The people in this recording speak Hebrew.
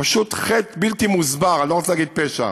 פשוט חטא בלתי מוסבר, אני לא רוצה להגיד פשע,